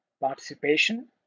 participation